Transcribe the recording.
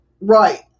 Right